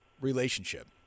relationship